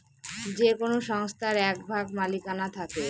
যে কোনো সংস্থার এক ভাগ মালিকানা থাকে